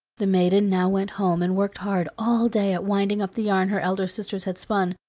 the maiden now went home and worked hard all day at winding up the yarn her elder sisters had spun,